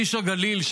איש הגליל,